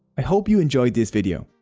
i hope you enjoyed this video!